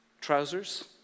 trousers